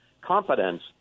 competence